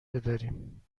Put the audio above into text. بداریم